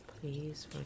please